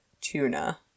tuna